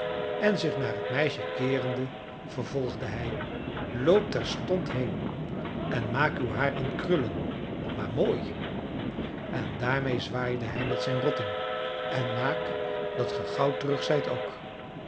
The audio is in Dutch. en zich naar het meisje keerende vervolgde hij loop terstond heen en maak uw haar in krullen maar mooi en daarmede zwaaide hij met zijn rotting en maak dat ge gauw terug zijt ook